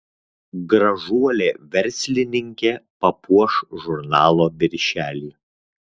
gražuolė verslininkė papuoš žurnalo viršelį